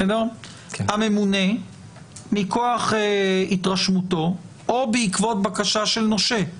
הממונה - מכוח התרשמותו או בעקבות בקשה של נושה,